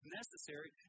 necessary